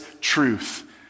truth